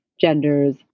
genders